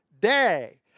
day